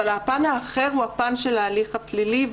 אבל הפן האחר הוא הפן של ההליך הפלילי,